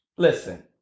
listen